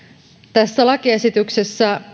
tässä lakiesityksessä